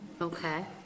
Okay